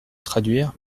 traduire